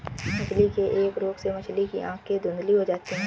मछली के एक रोग से मछली की आंखें धुंधली हो जाती है